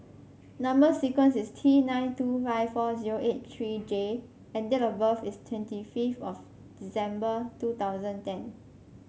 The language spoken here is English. number sequence is T nine two five four zero eight three J and date of birth is twenty fifth of December two thousand ten